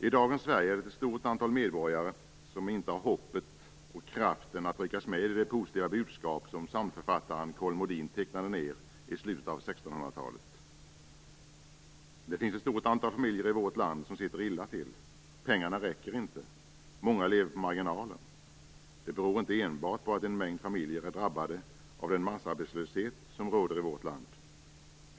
I dagens Sverige är det ett stort antal medborgare som inte har hoppet och kraften att ryckas med i det positiva budskap som psalmförfattaren Kolmodin tecknade ned i slutet av 1600-talet. Det finns ett stort antal familjer i vårt land som sitter illa till. Pengarna räcker inte. Många lever på marginalen. Det beror inte enbart på att en mängd familjer är drabbade av den massarbetslöshet som råder i vårt land.